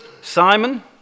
Simon